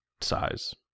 size